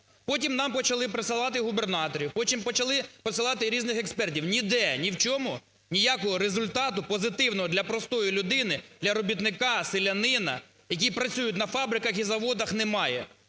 Потім нам почали присилати губернаторів, потім почали присилати різних експертів. Ніде ні в чому ніякого результату позитивного для простої людини, для робітника, селянина, які працюють на фабриках і заводах, немає.